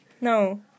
No